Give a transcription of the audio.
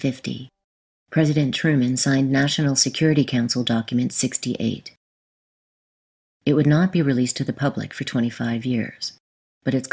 fifty president truman signed national security council document sixty eight it would not be released to the public for twenty five years but it